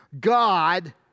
God